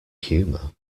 humour